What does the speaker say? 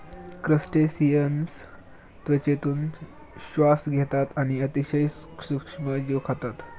crustaceans त्वचेतून श्वास घेतात आणि अतिशय सूक्ष्म जीव खातात